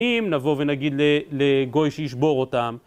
אם נבוא ונגיד לגוי שישבור אותם